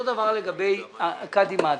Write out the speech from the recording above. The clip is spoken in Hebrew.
אותו דבר לגבי קאדי מד'הב.